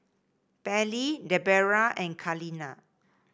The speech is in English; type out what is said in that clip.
Pairlee Debera and Carlene